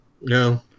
No